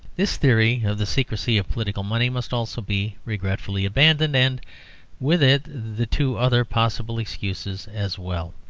this theory of the secrecy of political money must also be regretfully abandoned and with it the two other possible excuses as well.